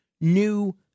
new